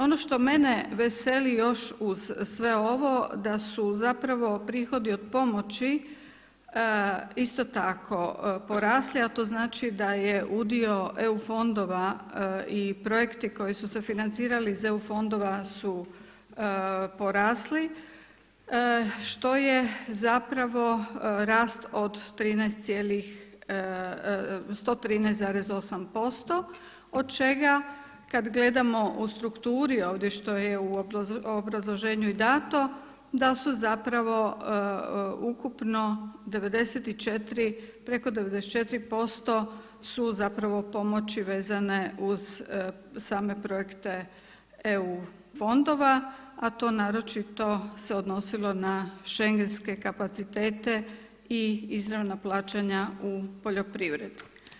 Ono što mene veseli još uz sve ovo da su zapravo prihodi od pomoći isto tako porasli, a to znači da je udio EU fondova i projekti koji su se financirali iz EU fondova su porasli što je rast od 113,8% od čega kada gledamo u strukturi ovdje što je u obrazloženju i dato da su ukupno preko 94% su pomoći vezane uz same projekte EU fondova, a to naročito se odnosilo na schengenske kapacitete i izravna plaćanja u poljoprivredi.